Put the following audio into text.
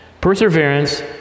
Perseverance